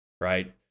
right